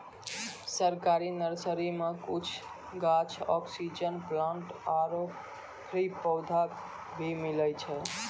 सरकारी नर्सरी मॅ कुछ गाछ, ऑक्सीजन प्लांट आरो फ्री पौधा भी मिलै छै